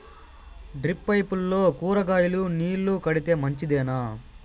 Drip పైపుల్లో కూరగాయలు నీళ్లు కడితే మంచిదేనా?